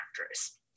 actress